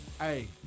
Hey